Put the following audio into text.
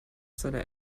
seine